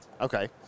Okay